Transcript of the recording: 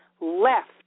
left